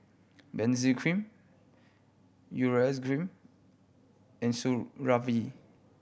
Benzac Cream Urea Cream and Supravit